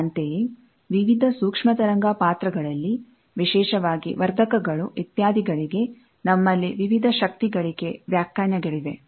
ಅಂತೆಯೇ ವಿವಿಧ ಸೂಕ್ಷ್ಮ ತರಂಗ ಪಾತ್ರಗಳಲ್ಲಿ ವಿಶೇಷವಾಗಿ ವರ್ಧಕಗಳು ಇತ್ಯಾದಿಗಳಿಗೆ ನಮ್ಮಲ್ಲಿ ವಿವಿಧ ಶಕ್ತಿ ಗಳಿಕೆ ವ್ಯಾಖ್ಯಾನಗಳಿವೆ